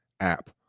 app